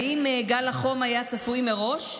האם גל החום היה צפוי מראש?